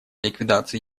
ликвидации